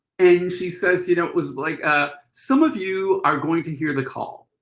and she says, you know, it was like ah some of you are going to hear the call.